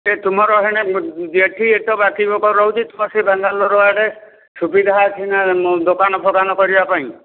ସେ ତୁମର ଏଠି ଏତେ ବାକି ବୋକର ରହୁଛି ତୁମର ସେ ବାଙ୍ଗାଲୋର ଆଡ଼େ ସୁବିଧା ଅଛି ନା ଦୋକାନ ଫୋକାନ କରିବା ପାଇଁ